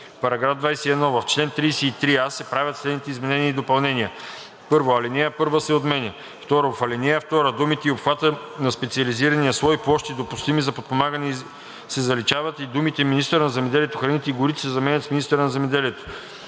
– 5“. § 21. В чл. 33а се правят следните изменения и допълнения: 1. Алинея 1 се отменя. 2. В ал. 2 думите „и обхвата на специализирания слой „Площи, допустими за подпомагане“ се заличават и думите „министъра на земеделието, храните и горите“ се заменят с „министъра на земеделието“.